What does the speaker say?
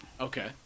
Okay